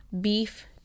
beef